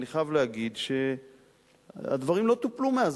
אני חייב להגיד שהדברים לא טופלו מאז,